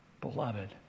Beloved